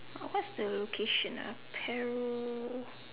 what's the occasion ah Paro